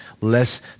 less